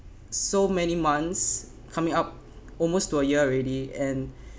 so many months coming up almost to a year already and